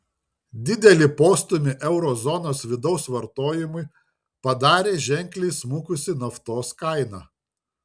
didelį postūmį euro zonos vidaus vartojimui padarė ženkliai smukusi naftos kaina